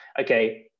okay